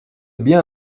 bien